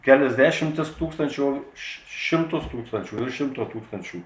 keliasdešimtis tūkstančių šim šimtus tūkstančių virš šimto tūkstančių